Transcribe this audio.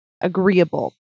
agreeable